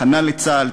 הכנה לצה"ל,